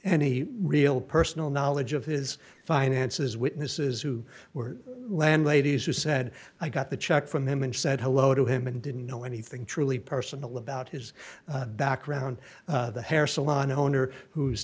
any real personal knowledge of his finances witnesses who were landladies who said i got the check from him and said hello to him and didn't know anything truly personal about his background the hair salon owner who's